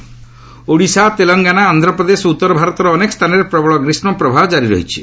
hit wave Odisha Telangana Andhra Pradesh ଓ ଉତ୍ତର ଭାରତର ଅନେକ ସ୍ଥାନରେ ପ୍ରବଳ ଗୀଷୁପ୍ରବାହ କାରି ରହିଛି